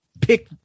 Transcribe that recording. pick